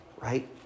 right